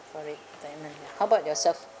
for retirement how about yourself